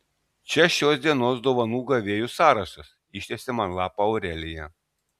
čia šios dienos dovanų gavėjų sąrašas ištiesė man lapą aurelija